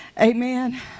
Amen